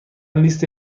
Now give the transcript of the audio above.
لیست